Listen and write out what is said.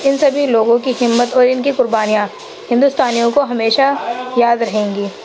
اِن سبھی لوگوں کی ہمت اور اِن کی قربانیاں ہندوستانیوں کو ہمیشہ یاد رہیں گی